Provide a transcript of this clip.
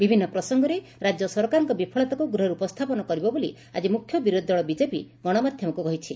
ବିଭିନ୍ନ ପ୍ରସଙ୍ଗରେ ରାକ୍ୟ ସରକାରଙ୍କ ବିଫଳତାକୁ ଗୁହରେ ଉପସ୍ଚାପନ କରିବ ବୋଲି ଆଜି ମୁଖ୍ୟ ବିରୋଧୀ ଦଳ ବିଜେପି ଗଶମାଧ୍ଧମକୁ କହିଛି